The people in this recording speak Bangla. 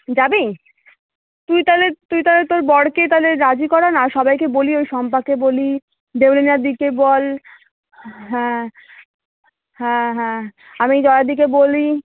যাবি তুই তাহলে তুই তাহলে তোর বরকে তাহলে রাজি করা না সবাইকে বলি ওই শম্পাকে বলি দেবলীনাদিকে বল হ্যাঁ হ্যাঁ হ্যাঁ আমি জয়াদিকে বলি